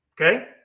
Okay